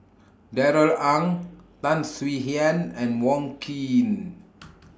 Darrell Ang Tan Swie Hian and Wong Keen